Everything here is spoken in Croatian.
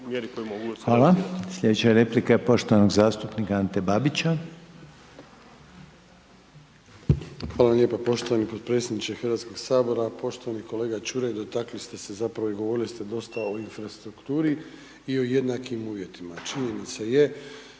Hvala. Slijedeća replika je poštovanog zastupnika Ante Babića. **Babić, Ante (HDZ)** Hvala lijepa poštovani potpredsjedniče Hrvatskog sabora. Poštovani kolega Čuraj, dotakli ste se zapravo i govorili ste dosta o infrastrukturi i o jednakim uvjetima. Činjenica je